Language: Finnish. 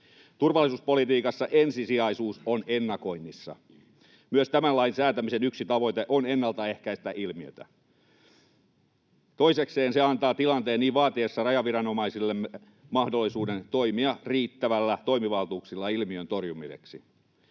Turvallisuuspolitiikassa ensisijaisuus on ennakoinnissa. Myös tämän lain säätämisen yksi tavoite on ennalta ehkäistä ilmiötä. Toisekseen se antaa tilanteen niin vaatiessa rajaviranomaisillemme mahdollisuuden toimia riittävillä toimivaltuuksilla ilmiön torjumiseksi.